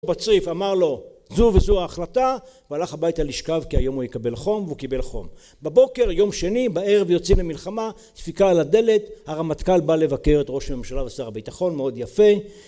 ובצריף אמר לו זו וזו ההחלטה, והלך הביתה לשכב כי היום הוא יקבל חום, והוא קיבל חום. בבוקר, יום שני, בערב יוצאים למלחמה דפיקה על הדלת, הרמטכ״ל בא לבקר את ראש הממשלה ושר הביטחון מאוד יפה